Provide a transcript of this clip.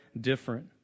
different